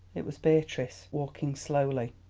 it was beatrice, walking slowly.